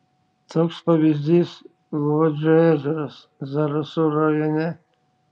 toks pavyzdys luodžio ežeras zarasų rajone